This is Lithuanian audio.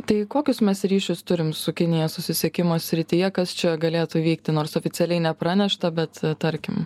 tai kokius mes ryšius turim su kinija susisiekimo srityje kas čia galėtų veikti nors oficialiai nepranešta bet tarkim